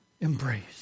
embrace